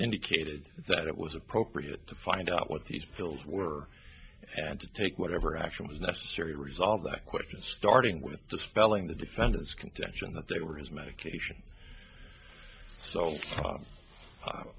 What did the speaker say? indicated that it was appropriate to find out what these pills were and to take whatever action was necessary to resolve that question starting with the spelling the defendant's contention that they were his medication so